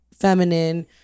feminine